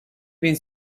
bin